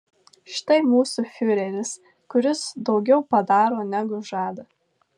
štai mūsų fiureris kuris daugiau padaro negu žada